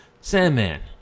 Sandman